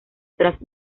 tras